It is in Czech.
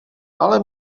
ale